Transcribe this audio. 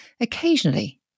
Occasionally